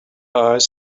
eyes